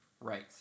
right